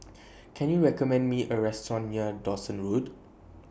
Can YOU recommend Me A Restaurant near Dawson Road